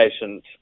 patients